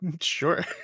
Sure